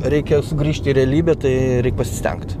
reikia sugrįžti į realybę tai reik pasistengt